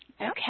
Okay